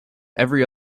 every